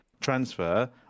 transfer